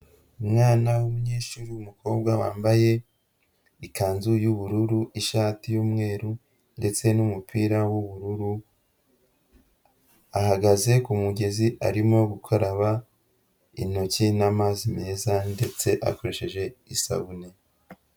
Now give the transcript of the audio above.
Umwana w'umunyeshuri w'umukobwa wambaye ikanzu y'ubururu, ishati y'umweru ndetse n'umupira w'ubururu, ahagaze ku mugezi arimo gukaraba intoki n'amazi meza ndetse akoresheje isabune.